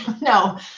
No